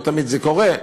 לא תמיד זה קורה.